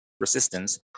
resistance